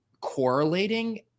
correlating –